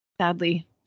sadly